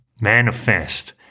manifest